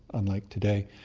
unlike today,